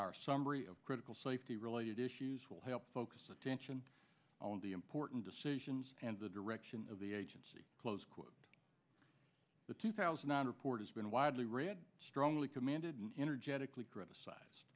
our summary of critical safety related issues will help focus attention on the important decisions and the direction of the agency close quote the two thousand and report has been widely read strongly commanded and energetically criticized